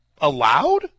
allowed